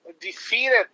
defeated